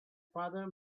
father